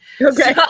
okay